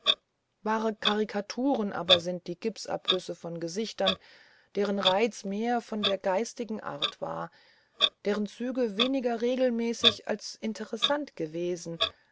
wahre karikaturen aber sind die gipsabgüsse von gesichtern deren reiz mehr von geistiger art war deren züge weniger regelmäßig als interessant gewesen